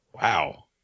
Wow